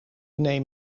neem